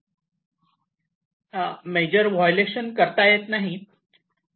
परंतु major violation करता येत नाही